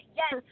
yes